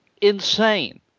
Insane